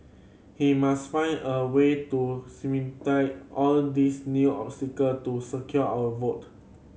he must find a way to all these new obstacle to secure our vote